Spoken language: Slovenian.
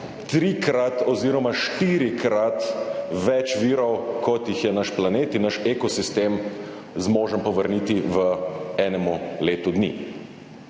trikrat oziroma štirikrat več virov, kot jih je naš planet in naš ekosistem zmožen povrniti v enemu letu dni.